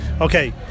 Okay